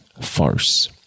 farce